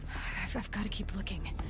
i've i've got to keep looking.